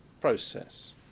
process